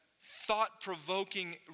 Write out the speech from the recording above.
thought-provoking